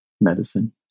medicine